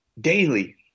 daily